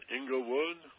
Inglewood